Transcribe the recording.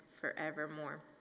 forevermore